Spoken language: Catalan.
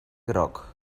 groc